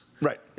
Right